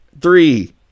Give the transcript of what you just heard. Three